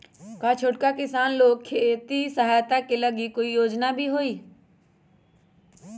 का छोटा किसान लोग के खेती सहायता के लगी कोई योजना भी हई?